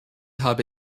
habe